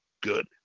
Good